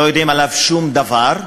שאנחנו לא יודעים עליו שום דבר?